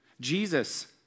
Jesus